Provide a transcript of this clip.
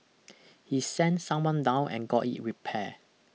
he sent someone down and got it repaired